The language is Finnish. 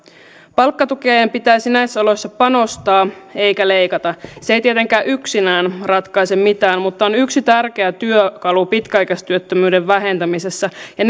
palkkatukiin pitäisi näissä oloissa panostaa eikä leikata se ei tietenkään yksinään ratkaise mitään mutta on yksi tärkeä työkalu pitkäaikaistyöttömyyden vähentämisessä ja